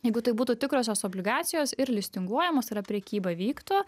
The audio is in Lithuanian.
jeigu tai būtų tikrosios obligacijos ir listinguojamos yra prekyba vyktų